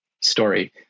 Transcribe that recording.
story